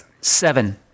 Seven